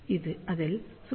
அதில் சுற்றளவு CπD λ